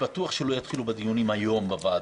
בטוח שלא יתחילו בדיונים היום בוועדות.